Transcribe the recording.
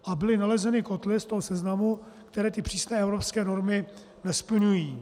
A byly nalezeny kotle z toho seznamu, které ty přísné evropské normy nesplňují.